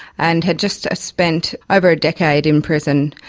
and had just spent over a decade in prison,